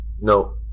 no